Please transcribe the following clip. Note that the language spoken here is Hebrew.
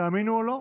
תאמינו או לא,